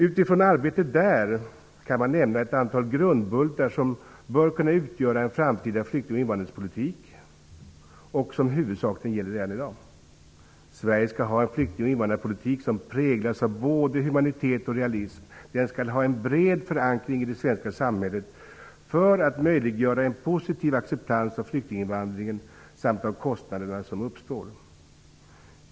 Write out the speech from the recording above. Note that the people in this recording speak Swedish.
Utifrån arbetet där kan man nämna ett antal grundbultar, som bör kunna utgöra en framtida flykting och invandrarpolitik och som huvudsakligen gäller redan i dag. Sverige skall ha en flykting och invandrarpolitik som präglas av både humanitet och realism, den skall ha en bred förankring i det svenska samhället för att möjliggöra en positiv acceptans av flyktinginvandringen samt av kostnaderna som uppstår.